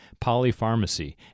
polypharmacy